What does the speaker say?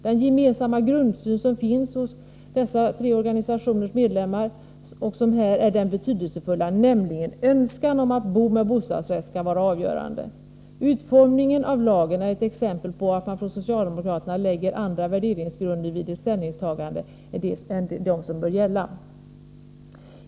Den gemensamma grundsyn som finns hos dessa tre organisationers medlemmar, och som här är den betydelsefulla, nämligen önskan om att bo med bostadsrätt, skall vara avgörande. Utformningen av lagen är ett exempel på att socialdemokraterna har andra värderingsgrunder för ett ställningstagande än de som bör gälla.